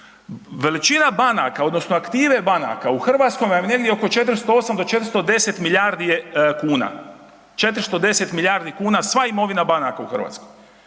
Veličina banaka odnosno aktive banaka u Hrvatskoj vam je negdje oko 408 do 410 milijardi kuna, 410 milijardi kuna sva imovina banaka u Hrvatskoj.